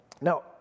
Now